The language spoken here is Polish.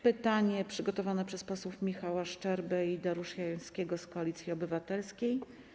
Pytanie przygotowane przez posłów Michała Szczerbę i Dariusza Jońskiego z Koalicji Obywatelskiej.